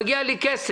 מגיע לי כסף,